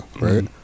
right